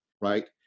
right